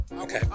Okay